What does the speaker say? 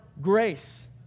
grace